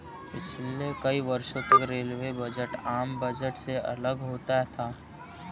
पिछले कई वर्षों तक रेल बजट आम बजट से अलग होता था